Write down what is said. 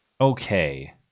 okay